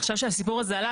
עכשיו כשהסיפור הזה עלה,